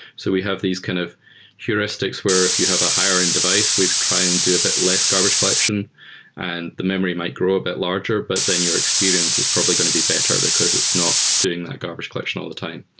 so we have these kind of heuristics where if you have a higher end device, we try and do a bit less garbage collection and the memory might grow a bit larger, but then your experience is probably going to be better because it's not doing that garbage collection all the time,